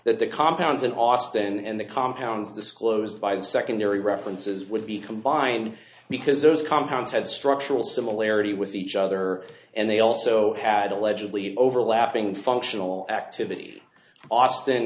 that the compounds in austin and the compounds disclosed by the secondary references would be combined because those compounds had structural similarity with each other and they also had allegedly overlapping functional activity austin